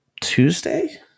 Tuesday